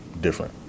different